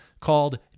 called